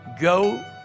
go